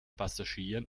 passagieren